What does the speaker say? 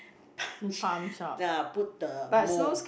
punch uh put the mold